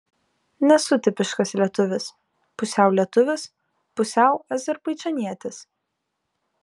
nesu tipiškas lietuvis pusiau lietuvis pusiau azerbaidžanietis